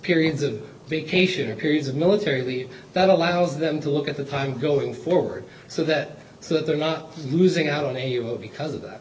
periods of vacation or periods of military leave that allows them to look at the time going forward so that so that they're not losing out on a year because of that